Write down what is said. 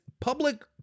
public